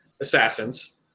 assassins